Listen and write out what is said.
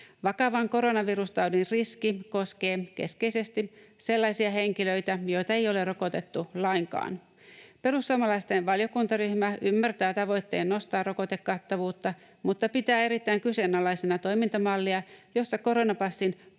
Vakavan koronavirustaudin riski koskee keskeisesti sellaisia henkilöitä, joita ei ole rokotettu lainkaan. Perussuomalaisten valiokuntaryhmä ymmärtää tavoitteen nostaa rokotekattavuutta mutta pitää erittäin kyseenalaisena toimintamallia, jossa koronapassin